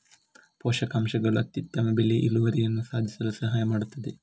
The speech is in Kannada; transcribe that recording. ಪೋಷಕಾಂಶಗಳು ಅತ್ಯುತ್ತಮ ಬೆಳೆ ಇಳುವರಿಯನ್ನು ಸಾಧಿಸಲು ಸಹಾಯ ಮಾಡುತ್ತದೆ